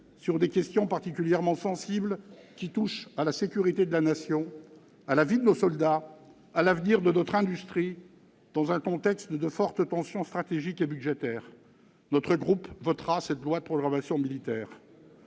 sur des questions particulièrement sensibles qui touchent à la sécurité de la Nation, à la vie de nos soldats, à l'avenir de notre industrie dans un contexte de fortes tensions stratégiques et budgétaires. Notre groupe votera ce projet de loi de programmation militaire.